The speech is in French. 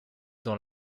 dans